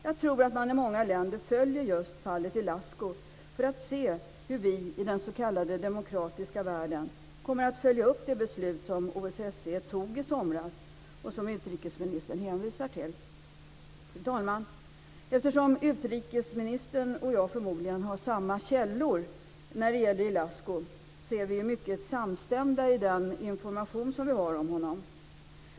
Jag tror att man i många länder följer just fallet Ilascu för att se hur vi i den s.k. demokratiska världen kommer att följa upp det beslut som OSSE tog i somras och som utrikesministern hänvisar till. Fru talman! Eftersom utrikesministern och jag förmodligen har samma källor när det gäller Ilascu så är vi mycket samstämda i den information som vi har om honom.